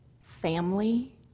family